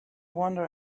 wander